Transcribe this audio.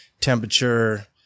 temperature